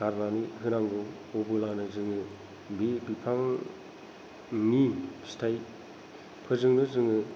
गारनानै होनांगौ अबोलानो जोङो बे बिफांनि फिथाइ फोरजोंनो जोङो